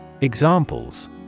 Examples